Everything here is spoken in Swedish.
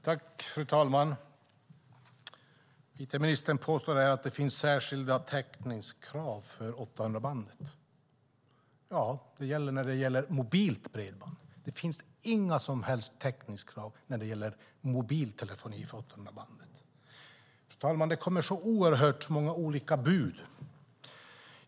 Fru talman! It-ministern påstår att det finns särskilda täckningskrav för 800-bandet. Ja, men de gäller mobilt bredband. Det finns inga som helst täckningskrav när det gäller mobiltelefoni. Det kommer många olika bud.